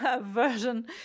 version